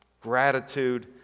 gratitude